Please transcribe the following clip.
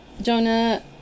Jonah